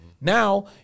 Now